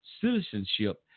citizenship